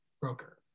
broker